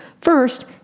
First